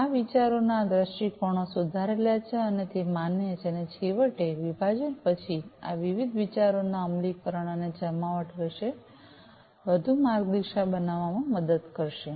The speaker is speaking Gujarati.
આ વિચારોના આ દ્રષ્ટિકોણો સુધારેલા છે અને તે માન્ય છે અને છેવટે વિભાજન પછી આ વિવિધ વિચારોના અમલીકરણ અને જમાવટ માટે વધુ માર્ગદર્શિકા બનાવવામાં મદદ કરશે